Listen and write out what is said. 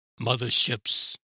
motherships